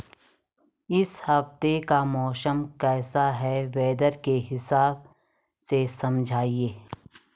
इस हफ्ते का मौसम कैसा है वेदर के हिसाब से समझाइए?